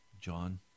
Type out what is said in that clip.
John